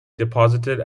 deposited